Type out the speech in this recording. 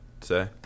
say